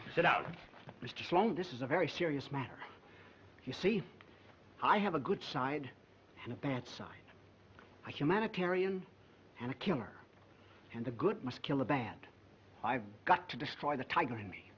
strong this is a very serious matter you see i have a good side and a bad side a humanitarian and a killer and the good muscular bad i've got to destroy the tiger in me